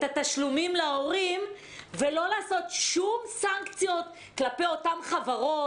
התשלומים להורים ולא להטיל שום סנקציות כלפי אותן חברות?